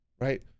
right